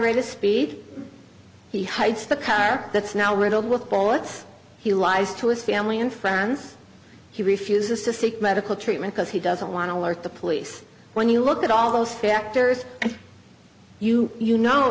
rate of speed he hides the car that's now riddled with bullets he lies to his family and friends he refuses to seek medical treatment because he doesn't want to alert the police when you look at all those factors you you know